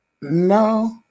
No